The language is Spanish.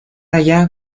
allá